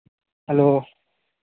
hello